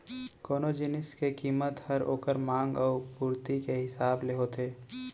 कोनो जिनिस के कीमत हर ओकर मांग अउ पुरती के हिसाब ले होथे